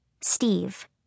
Steve